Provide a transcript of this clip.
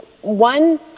one